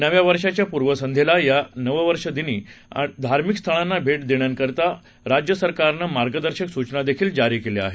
नव्या वर्षाच्या पूर्वसंध्येला आणि नववर्षदिनी धार्मिक स्थळांना भेट देणाऱ्यांकरता राज्यसरकारनं मार्गदर्शक सूचना जारी केल्या आहेत